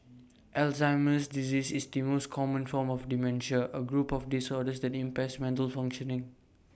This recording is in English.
Alzheimer's disease is the most common form of dementia A group of disorders that impairs mental functioning